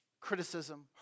criticism